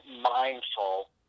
mindful